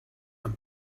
and